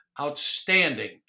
outstanding